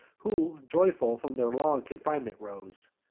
who joyful from their long confinement rose.